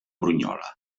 brunyola